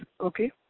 Okay